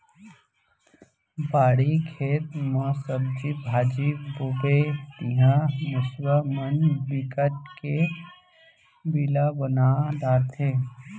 बाड़ी, खेत म सब्जी भाजी बोबे तिंहा मूसवा मन बिकट के बिला बना डारथे